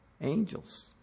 angels